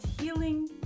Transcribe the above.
healing